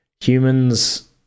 humans